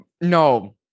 no